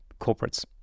corporates